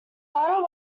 latter